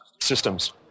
systems